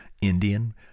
Indian